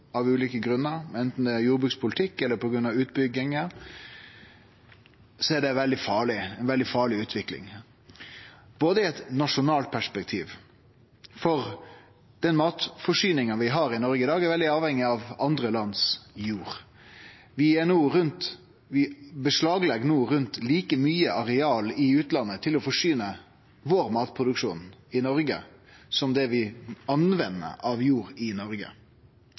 av produksjon av ulike grunnar – anten det er på grunn av jordbrukspolitikk eller utbygging. Det er ei veldig farleg utvikling, òg i eit nasjonalt perspektiv, for den matforsyninga vi har i dag, er veldig avhengig av andre lands jord. Vi legg no beslag på omtrent like mykje areal i utlandet til å forsyne vår matproduksjon i Noreg som det vi brukar av jord i Noreg.